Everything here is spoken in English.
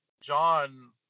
John